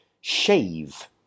Shave